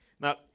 Now